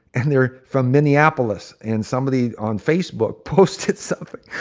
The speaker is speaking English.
and they're from minneapolis and somebody on facebook posted something,